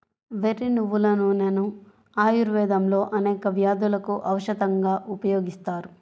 వెర్రి నువ్వుల నూనెను ఆయుర్వేదంలో అనేక వ్యాధులకు ఔషధంగా ఉపయోగిస్తారు